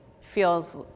feels